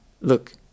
look